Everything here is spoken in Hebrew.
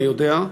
אני יודע,